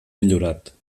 millorat